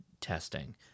testing